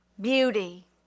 Beauty